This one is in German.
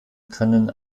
können